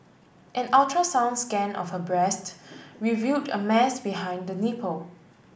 an ultrasound scan of her breast revealed a mass behind the nipple